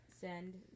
send